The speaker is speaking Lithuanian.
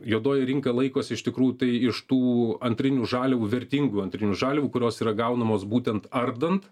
juodoji rinka laikosi iš tikrų tai iš tų antrinių žaliavų vertingų antrinių žaliavų kurios yra gaunamos būtent ardant